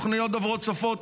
תוכניות לשפות,